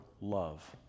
Love